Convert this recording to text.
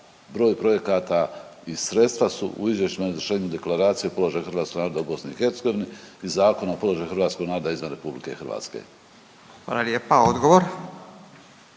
broj projekata i sredstva su u izvješćima o izvršenju Deklaracije o položaju hrvatskog naroda u BiH i Zakona o položaju hrvatskog naroda izvan Republike Hrvatske. **Radin, Furio